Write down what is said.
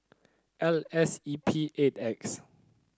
L S E P eight X